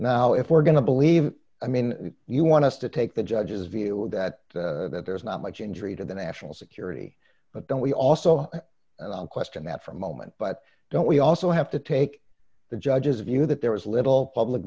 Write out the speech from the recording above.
now if we're going to believe i mean you want us to take the judge's view that that there's not much injury to the national security but then we also question that for a moment but don't we also have to take the judge's view that there was little public